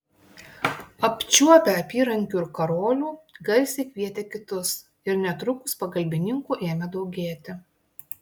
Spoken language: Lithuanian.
apčiuopę apyrankių ir karolių garsiai kvietė kitus ir netrukus pagalbininkų ėmė daugėti